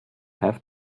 have